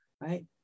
Right